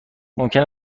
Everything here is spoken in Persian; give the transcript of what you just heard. ممکن